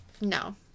no